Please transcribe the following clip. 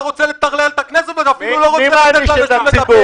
אתה רוצה לטרלל את הכנסת ואפילו לא רוצה לתת לאנשים לדבר.